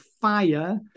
Fire